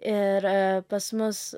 ir pas mus